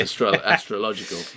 astrological